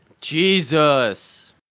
Jesus